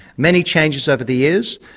many changes over the years.